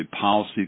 policy